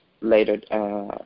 later